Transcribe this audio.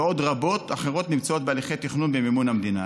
ועוד רבות אחרות נמצאות בהליכי תכנון במימון המדינה,